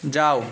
যাও